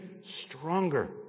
stronger